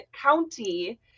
county